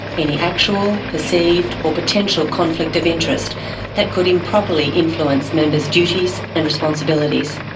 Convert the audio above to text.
any actual, perceived or potential conflict of interest that could improperly influence members' duties and responsibilities.